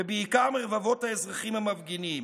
ובעיקר מרבבות האזרחים המפגינים.